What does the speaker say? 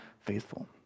faithful